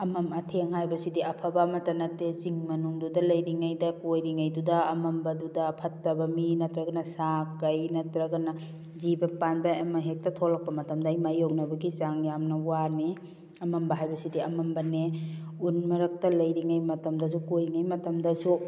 ꯑꯃꯝ ꯑꯊꯦꯡ ꯍꯥꯏꯕꯁꯤꯗꯤ ꯑꯐꯕ ꯑꯃꯇ ꯅꯠꯇꯦ ꯆꯤꯡ ꯃꯅꯨꯡꯗꯨꯗ ꯂꯩꯔꯤꯉꯩꯗ ꯀꯣꯏꯔꯤꯉꯩꯗꯨꯗ ꯑꯃꯝꯕꯗꯨꯗ ꯐꯠꯇꯕ ꯃꯤ ꯅꯠꯇ꯭ꯔꯒ ꯁꯥ ꯀꯩ ꯅꯠꯇ꯭ꯔꯒꯅ ꯖꯤꯕ ꯄꯥꯟꯕ ꯑꯃ ꯍꯦꯛꯇ ꯊꯣꯛꯂꯛꯄ ꯃꯇꯝꯗ ꯑꯩ ꯃꯥꯏꯌꯣꯛꯅꯕꯒꯤ ꯆꯥꯡ ꯌꯥꯝꯅ ꯋꯥꯅꯤ ꯑꯃꯝꯕ ꯍꯥꯏꯕꯁꯤꯗꯤ ꯑꯃꯝꯕꯅꯦ ꯎꯟ ꯃꯔꯛꯇ ꯂꯩꯔꯤꯉꯩ ꯃꯇꯝꯗꯁꯨ ꯀꯣꯏꯔꯤꯉꯩ ꯃꯇꯝꯗꯁꯨ